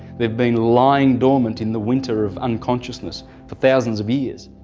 they've been lying dormant in the winter of unconsciousness for thousands of years,